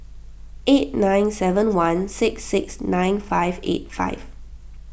eight nine seven one six six nine five eight five